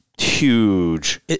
huge